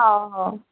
हो हो